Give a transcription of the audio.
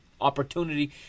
opportunity